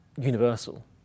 universal